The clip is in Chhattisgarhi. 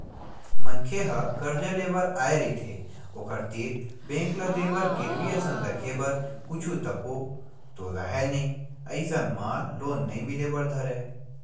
मनखे ह करजा लेय बर आय रहिथे ओखर तीर बेंक ल देय बर गिरवी असन रखे बर कुछु तको तो राहय नइ अइसन म लोन नइ मिले बर धरय